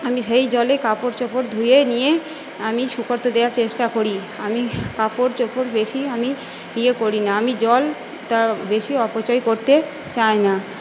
আমি সেই জলে কাপড় চোপড় ধুয়ে নিয়ে আমি শুকোতে দেওয়ার চেষ্টা করি আমি কাপড় চোপড় বেশি আমি ইয়ে করি না আমি জলটা বেশি অপচয় করতে চাই না